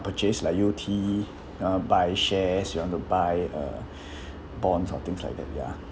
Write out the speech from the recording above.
purchase like U_T you want to buy shares you want to buy uh bonds or things like that ya